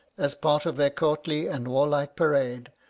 as part of their courtly and warlike parade,